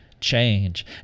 change